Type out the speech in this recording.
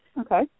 Okay